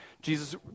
Jesus